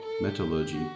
metallurgy